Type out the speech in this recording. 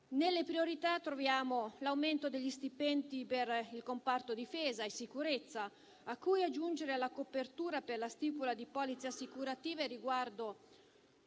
nelle priorità troviamo l'aumento degli stipendi per il comparto difesa e sicurezza, a cui aggiungere la copertura per la stipula di polizze assicurative riguardo